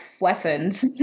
lessons